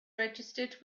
registered